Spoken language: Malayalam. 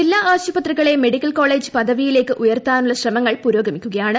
ജില്ലാ ആശുപത്രികളെ മെഡിക്കൽ കോളേജ് പദവിയിലേക്ക് ഉയർത്താനുള്ള ശ്രമങ്ങൾ പുരോഗമിക്കുകയാണ്